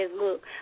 look